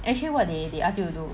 actually what they they ask you to do